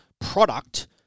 product